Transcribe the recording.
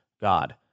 God